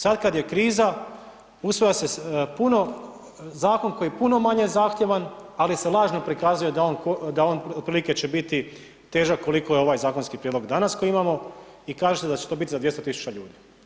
Sad kad je kriza, usvaja se puno, zakon koji je puno manje zahtjevan, ali se lažno prikazuje da on otprilike će biti težak koliko je ovaj zakonski prijedlog danas koji imamo i kažete da će to biti za 200 tisuća ljudi.